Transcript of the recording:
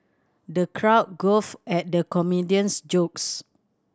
the crowd guffawed at the comedian's jokes